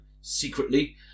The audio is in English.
secretly